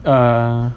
err